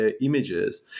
images